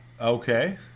Okay